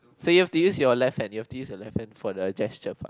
so you have to use your left hand you have to use your left hand for the gesture part